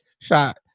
shot